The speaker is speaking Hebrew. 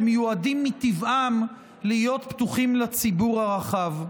שמיועדים מטבעם להיות פתוחים לציבור הרחב.